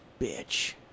bitch